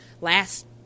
last